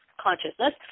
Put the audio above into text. consciousness